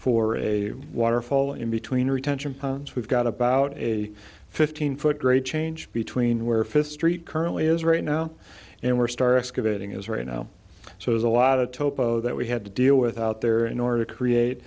for a waterfall in between retention ponds we've got about a fifteen foot great change between where fifth street currently is right now and we're star excavating is right now so there's a lot of topo that we had to deal with out there in order to create